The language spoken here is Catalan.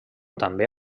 també